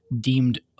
deemed